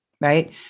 right